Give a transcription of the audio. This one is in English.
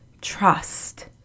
trust